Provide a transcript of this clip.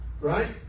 right